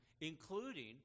including